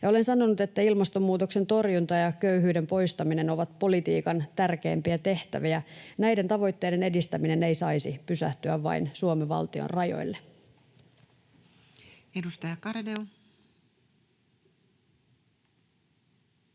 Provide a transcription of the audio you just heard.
Olen sanonut, että ilmastonmuutoksen torjunta ja köyhyyden poistaminen ovat politiikan tärkeimpiä tehtäviä, ja näiden tavoitteiden edistäminen ei saisi pysähtyä vain Suomen valtion rajoille.